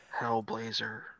Hellblazer